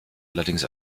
allerdings